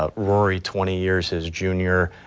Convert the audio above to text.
ah rory twenty years his junior.